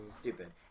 stupid